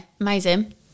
amazing